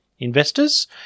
Investors